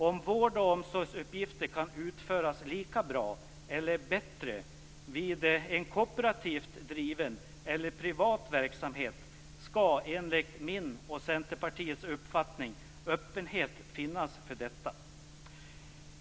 Om vård och omsorgsuppgifter kan utföras lika bra eller bättre vid en kooperativt driven eller privat verksamhet skall, enligt min och Centerpartiets uppfattning, öppenhet finnas för detta.